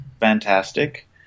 fantastic